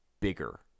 bigger